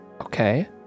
Okay